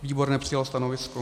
Výbor nepřijal stanovisko.